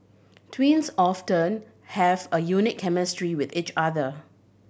twins often have a unique chemistry with each other